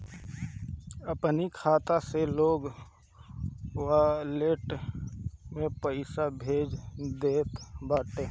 अपनी खाता से लोग वालेट में पईसा भेज लेत बाटे